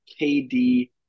kd